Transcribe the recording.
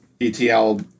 ETL